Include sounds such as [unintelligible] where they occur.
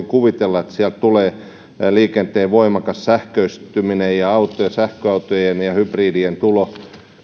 [unintelligible] kuvitella että yhtenä esityksenä sieltä tulee liikenteen voimakas sähköistyminen ja sähköautojen ja hybridien tulo